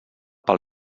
pel